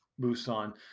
Busan